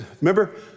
remember